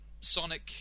Sonic